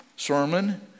Sermon